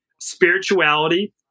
spirituality